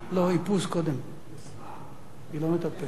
מה,